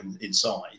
inside